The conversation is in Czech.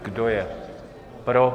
Kdo je pro?